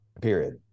period